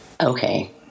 okay